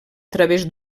través